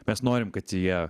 mes norim kad jie